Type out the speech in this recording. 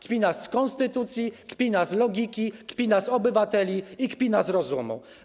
Kpina z konstytucji, kpina z logiki, kpina z obywateli i kpina z rozumu.